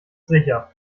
sicher